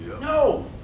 No